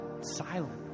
silent